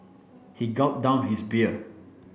he gulped down his beer